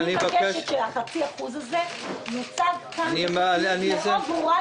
אני מבקשת שהחצי אחוז הזה יוצג כאן בצורה מאוד ברורה,